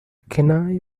kenai